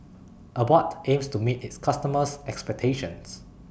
Abbott aims to meet its customers' expectations